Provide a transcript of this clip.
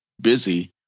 busy